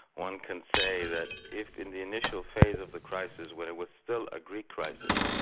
one can say that if in the initial phase of the crisis, when it was still a greek crisis,